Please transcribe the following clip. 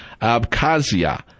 Abkhazia